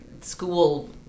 school